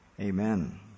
Amen